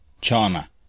China